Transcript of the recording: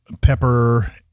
pepper